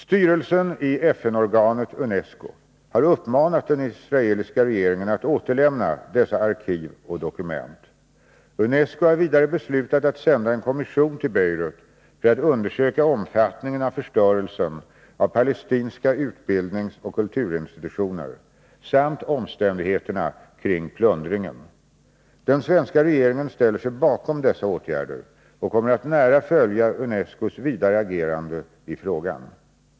Styrelsen i FN-organet UNESCO har uppmanat den israeliska regeringen att återlämna dessa arkiv och dokument. UNESCO har vidare beslutat att sända en kommission till Beirut för att undersöka omfattningen av förstörelsen av palestinska utbildningsoch kulturinstitutioner samt omständigheterna kring plundringen. Den svenska regeringen ställer sig bakom dessa åtgärder och kommer att nära följa UNESCO:s vidare agerande i frågan.